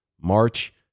March